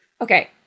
Okay